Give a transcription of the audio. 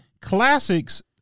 classics